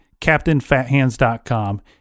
CaptainFatHands.com